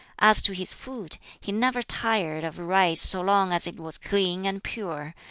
as to his food, he never tired of rice so long as it was clean and pure,